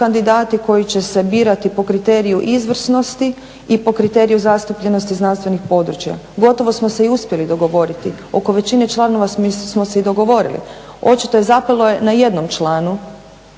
koji će se birati po kriteriju izvrsnosti i po kriteriju zastupljenosti znanstvenih područja. Gotovo smo se i uspjeli dogovoriti. Oko većine članova smo se i dogovorili. Očito je zapelo na jednom članu